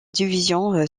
division